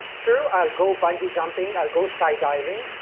true, i'll go bungee jumping, i'll go skydiving,